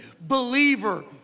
believer